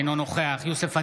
אינו נוכח יוסף עטאונה,